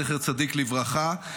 זכר צדיק לברכה,